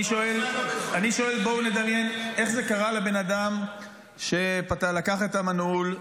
אני שואל: בואו נדמיין איך זה קרה לבן אדם שלקח את המנעול,